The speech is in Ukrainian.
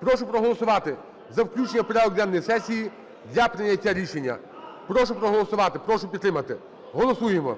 Прошу проголосувати за включення в порядок денний сесії для прийняття рішення. Прошу проголосувати, прошу підтримати. Голосуємо,